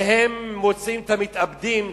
והם מוציאים את המתאבדים,